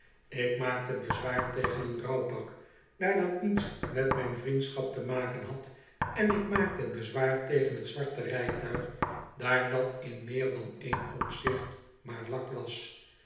ik maakte bezwaar tegen een rouwpak daar dat niets met mijn vriendschap te maken had en ik maakte bezwaar tegen t zwarte rijtuig daar dat in meer dan een opzicht maar lak was